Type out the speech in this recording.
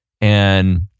and-